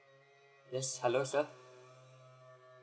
yes hello sir